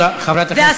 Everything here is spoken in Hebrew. תודה, חברת הכנסת רגב.